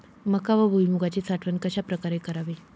मका व भुईमूगाची साठवण कशाप्रकारे करावी?